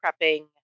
prepping